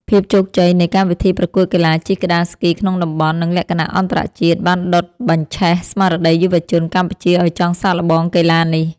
ភាពជោគជ័យនៃកម្មវិធីប្រកួតកីឡាជិះក្ដារស្គីក្នុងតំបន់ និងលក្ខណៈអន្តរជាតិ បានដុតបញ្ឆេះស្មារតីយុវជនកម្ពុជាឱ្យចង់សាកល្បងកីឡានេះ។